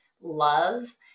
love